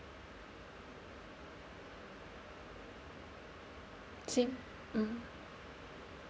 I see mmhmm